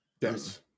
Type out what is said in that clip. Yes